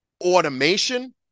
automation